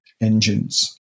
engines